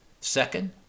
Second